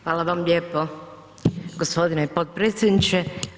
Hvala vam lijepo gospodine potpredsjedniče.